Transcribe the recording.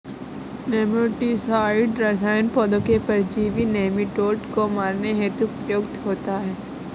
nematicide रसायन पौधों के परजीवी नोमीटोड को मारने हेतु प्रयुक्त होता है